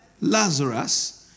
Lazarus